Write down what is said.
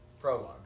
prologue